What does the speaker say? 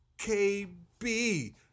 KB